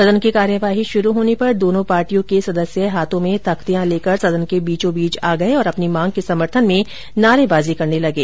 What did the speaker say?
सदन की कार्यवाही शुरू होने पर दोनों पार्टियों के सदस्य हाथों में तख्तियां लेकर सदन के बीचों बीच आ गए और अपनी मांग के समर्थन में नारेबाजी करने लगे